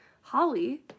Holly